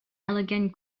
elegant